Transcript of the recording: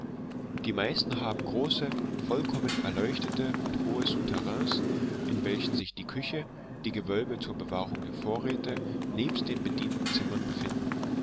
die meisten haben große vollkommen erleuchtete und hohe souterrains in welchen sich die küche die gewölbe zur bewahrung der vorräte nebst den bedientenzimmern befinden